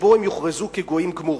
שבו הם יוכרזו כגויים גמורים.